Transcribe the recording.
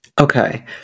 Okay